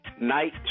Night